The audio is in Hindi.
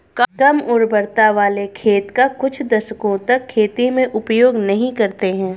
कम उर्वरता वाले खेत का कुछ दशकों तक खेती में उपयोग नहीं करते हैं